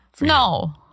No